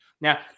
now